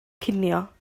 cinio